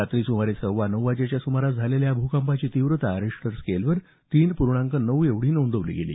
रात्री सुमारे सव्वा नऊ वाजेच्या सुमारास झालेल्या या भूकंपाची तीव्रता रिश्टर स्केलवर तीन पूर्णांक एक एवढी नोंदवली गेली